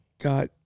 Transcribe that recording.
got